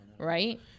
Right